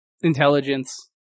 Intelligence